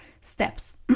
steps